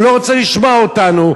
או לא רוצה לשמוע אותנו,